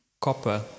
copper